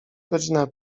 godzina